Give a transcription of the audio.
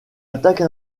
attaque